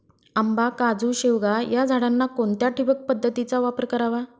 आंबा, काजू, शेवगा या झाडांना कोणत्या ठिबक पद्धतीचा वापर करावा?